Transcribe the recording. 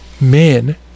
men